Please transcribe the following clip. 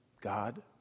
God